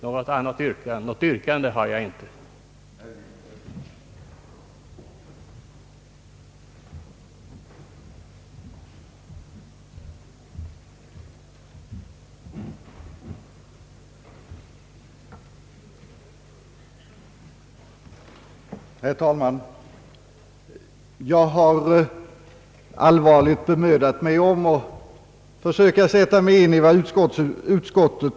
Något yrkande utöver utskottets har jag alltså inte.